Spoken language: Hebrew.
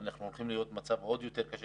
אנחנו הולכים להיות במצב עוד יותר קשה